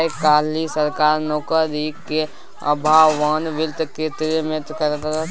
आय काल्हि सरकारी नौकरीक अभावमे वित्त केर क्षेत्रमे नौकरी आरो दुर्लभ छै